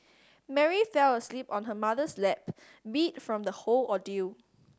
Mary fell asleep on her mother's lap beat from the whole ordeal